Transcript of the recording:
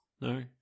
No